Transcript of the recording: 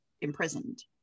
imprisoned